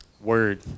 Word